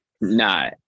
No